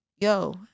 yo